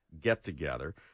get-together